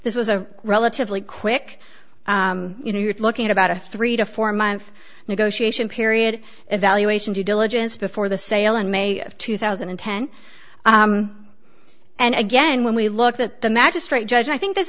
this was a relatively quick you know you're looking at about a three to four month negotiation period evaluation due diligence before the sale in may of two thousand and ten and again when we look at the magistrate judge i think this